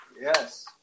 Yes